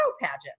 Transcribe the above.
pageant